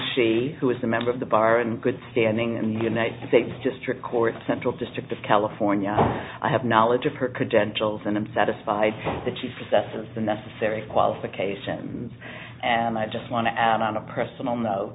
she who is a member of the bar in good standing in the united states district court central district of california i have knowledge of her credentials and i'm satisfied that she's possessed of the necessary qualifications and i just want to add on a personal note